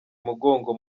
umugongo